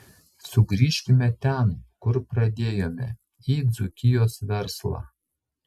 sugrįžkime ten kur pradėjome į dzūkijos verslą